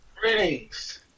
Greetings